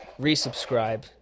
resubscribe